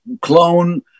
clone